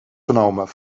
genomen